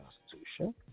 constitution